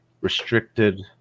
restricted